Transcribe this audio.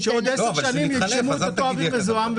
שבעוד עשר שנים ינשמו אוויר מזוהם,